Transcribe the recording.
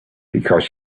because